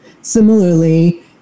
Similarly